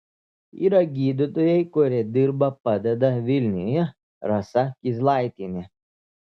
yra gydytojai kurie dirba padeda vilniuje rasa kizlaitienė